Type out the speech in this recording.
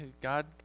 God